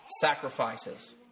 sacrifices